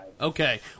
Okay